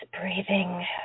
breathing